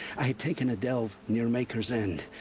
i had taken a delve. near maker's end.